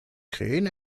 krähen